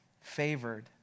favored